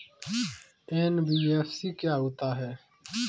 NBFC क्या होता है?